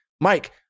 Mike